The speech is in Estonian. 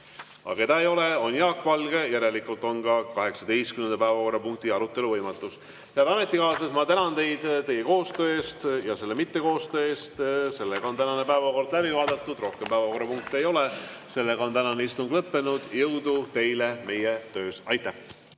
Aga keda ei ole, on Jaak Valge. Järelikult on ka 18. päevakorrapunkti arutelu võimatus. Head ametikaaslased, ma tänan teid teie koostöö eest ja selle mittekoostöö eest! Tänane päevakord on läbi vaadatud, rohkem päevakorrapunkte ei ole. Tänane istung on lõppenud. Jõudu teile meie töös! Aitäh!